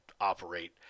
operate